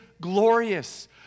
glorious